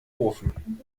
ofen